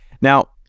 Now